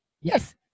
Yes